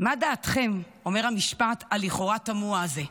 מה לדעתכם אומר המשפט התמוה הזה לכאורה?